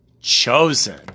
Chosen